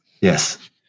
Yes